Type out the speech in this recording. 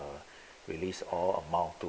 err release all amount to